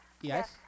Yes